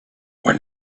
when